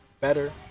better